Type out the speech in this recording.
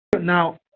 Now